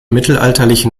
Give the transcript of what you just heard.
mittelalterlichen